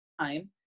time